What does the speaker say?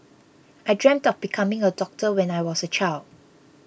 I dreamt of becoming a doctor when I was a child